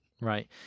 Right